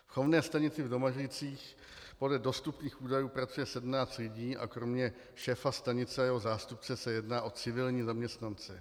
V chovné stanici v Domažlicích podle dostupných údajů pracuje 17 lidí a kromě šéfa stanice a jeho zástupce se jedná o civilní zaměstnance.